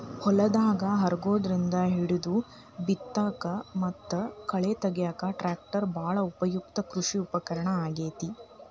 ಹೊಲದಾಗ ಹರಗೋದ್ರಿಂದ ಹಿಡಿದು ಬಿತ್ತಾಕ ಮತ್ತ ಕಳೆ ತಗ್ಯಾಕ ಟ್ರ್ಯಾಕ್ಟರ್ ಬಾಳ ಉಪಯುಕ್ತ ಕೃಷಿ ಉಪಕರಣ ಆಗೇತಿ